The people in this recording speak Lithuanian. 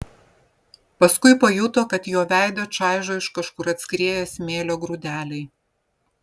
paskui pajuto kad jo veidą čaižo iš kažkur atskrieję smėlio grūdeliai